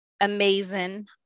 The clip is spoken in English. amazing